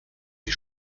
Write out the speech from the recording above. sie